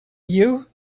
you